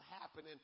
happening